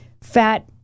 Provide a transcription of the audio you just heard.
fat